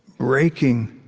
breaking